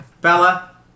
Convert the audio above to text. Bella